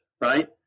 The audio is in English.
right